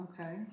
Okay